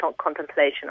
contemplation